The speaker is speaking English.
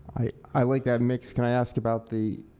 i i like that mix. can i ask about the